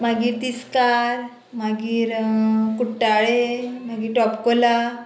मागीर तिस्कार मागीर कुट्टाळे मागीर टॉपकोला